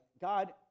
God